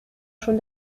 schon